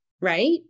right